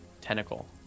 tentacle